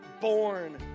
born